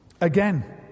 Again